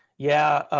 yeah.